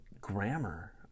grammar